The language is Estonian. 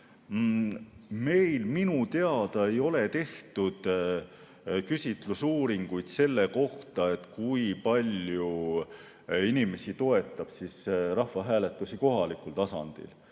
Meil minu teada ei ole tehtud küsitlusuuringuid selle kohta, kui palju inimesi toetab rahvahääletusi kohalikul tasandil.